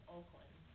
Oakland